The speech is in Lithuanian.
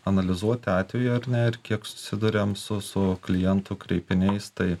analizuoti atvejų ar ne ir kiek susiduriam su su klientų kreipiniais tai